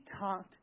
talked